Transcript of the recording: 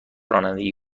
رانندگی